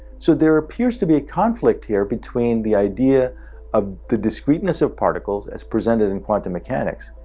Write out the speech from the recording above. so there appears to be a conflict here, between the idea of the discreteness of particles as presented in quantum mechanics,